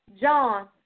John